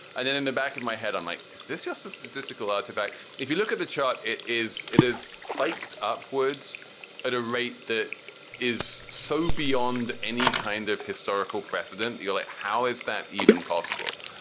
and then in the back of my head on like this just a statistical artifact. if you look at the chart, it is it is spiked upwards at a rate that is so beyond any kind of historical precedent. you know like how is that even possible?